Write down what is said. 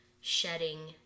shedding